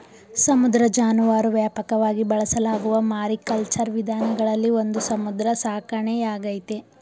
ಸಮುದ್ರ ಜಾನುವಾರು ವ್ಯಾಪಕವಾಗಿ ಬಳಸಲಾಗುವ ಮಾರಿಕಲ್ಚರ್ ವಿಧಾನಗಳಲ್ಲಿ ಒಂದು ಸಮುದ್ರ ಸಾಕಣೆಯಾಗೈತೆ